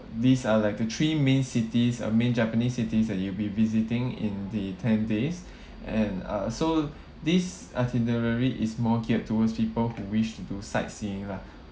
these are like the three main cities uh main japanese cities that you will be visiting in the ten days and uh so this itinerary is more geared towards people who wish to do sightseeing lah